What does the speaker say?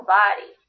body